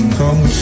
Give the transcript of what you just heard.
come